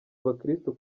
abakirisitu